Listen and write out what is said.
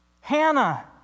Hannah